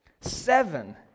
Seven